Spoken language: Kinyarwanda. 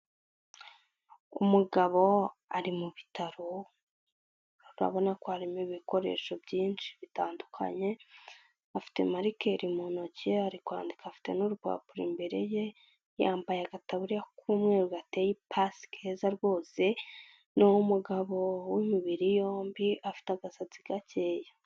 Umugabo ari mu bitaro, urabona ko harimo ibikoresho byinshi bitandukanye, afite marikeri mu ntoki ari kwandika, afite n'urupapuro imbere ye, yambaye agataburi k'umweru gateye ipasi keza rwose, ni umugabo w'imibiri yombi afite agasatsi gakeya.